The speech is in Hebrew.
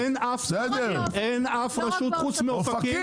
אין אף רשות חוץ מאופקים.